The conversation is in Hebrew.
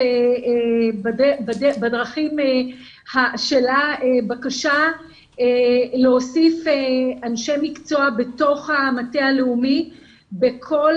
בדרכים שלה בקשה להוסיף אנשי מקצוע בתוך המטה הלאומי בכל